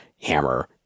Hammer